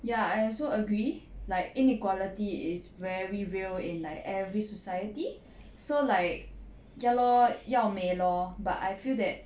ya I also agree like inequality is very real in like every society so like ya lor 要美 lor but I feel that